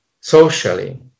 socially